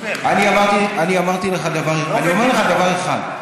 הבטחת שאתה, אני אומר לך דבר אחד: